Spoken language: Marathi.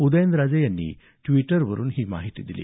उदयनराजे यांनी ट्वीटरवरून ही माहिती दिली